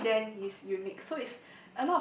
who then is unique so is